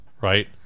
right